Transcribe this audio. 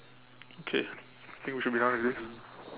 okay think we should be done with this